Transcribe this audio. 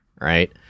right